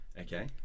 okay